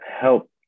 help